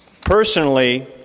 Personally